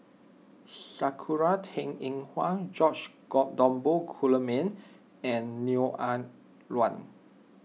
Sakura Teng Ying Hua George Dromgold Coleman and Neo Ah Luan